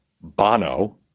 Bono